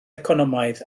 economaidd